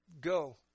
Go